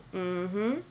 mmhmm